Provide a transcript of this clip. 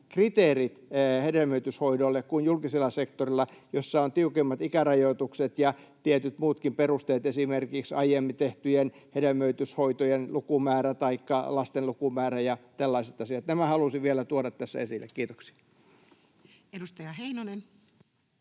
kriteerit hedelmöityshoidoille kuin julkisella sektorilla, jossa on tiukemmat ikärajoitukset ja tietyt muutkin perusteet, esimerkiksi aiemmin tehtyjen hedelmöityshoitojen lukumäärä taikka lasten lukumäärä ja tällaiset asiat. Nämä halusin vielä tuoda tässä esille. — Kiitoksia. [Speech